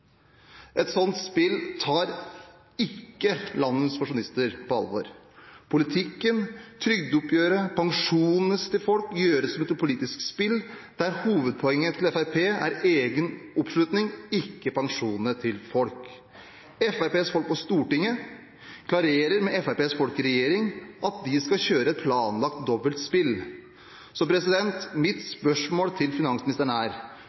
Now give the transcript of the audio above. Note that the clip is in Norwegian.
Et sånt spill tar ikke landets pensjonister på alvor. Politikken, trygdeoppgjøret, pensjonene til folk gjøres om til et politisk spill der hovedpoenget til Fremskrittspartiet er egen oppslutning, ikke pensjonene til folk. Fremskrittspartiets folk på Stortinget klarerer med Fremskrittspartiets folk i regjering at de skal kjøre et planlagt dobbeltspill. Mitt spørsmål til finansministeren er: